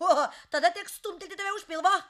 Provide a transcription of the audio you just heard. o tada tik stumtelti tave už pilvo